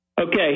Okay